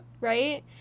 right